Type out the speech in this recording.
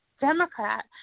Democrat